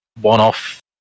one-off